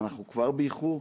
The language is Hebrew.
אנחנו כבר באיחור.